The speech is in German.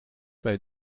bei